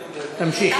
תמשיך.